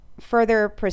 further